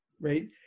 right